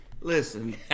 Listen